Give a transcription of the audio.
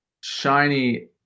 shiny